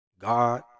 god